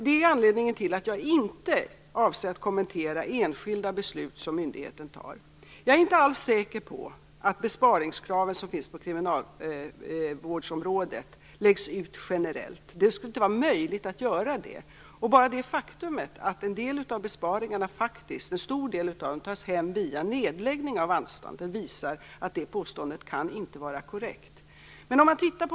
Det är anledningen till att jag inte avser att kommentera enskilda beslut som myndigheten fattar. Jag är inte alls säker på att de besparingskrav som finns på kriminalvårdsområdet läggs ut generellt. Det skulle inte vara möjligt att göra det. Bara det faktum att en stor del av besparingarna tas hem via nedläggning av anstalter visar att det påståendet inte kan vara korrekt.